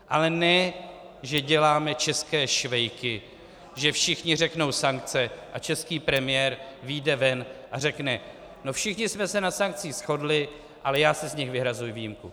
Ale ne že děláme české Švejky, že všichni řeknou sankce a český premiér vyjde ven a řekne: všichni jsme se na sankcích shodli, ale já si z nich vyhrazuji výjimku.